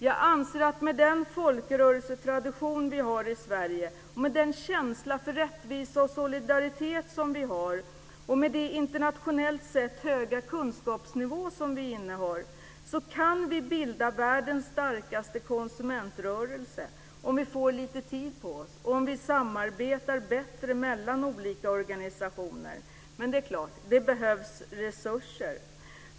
Jag anser att vi med den folkrörelsetradition som vi har i Sverige, med den känsla för rättvisa och solidaritet som vi har och med vår internationellt sett höga kunskapsnivå kan bilda världens starkaste konsumentrörelse, om vi får lite tid på oss och samarbetar bättre mellan olika organisationer. Men det är klart att det behövs resurser för detta.